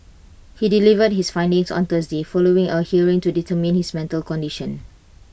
he delivered his findings on Thursday following A hearing to determine his mental condition